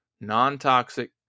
non-toxic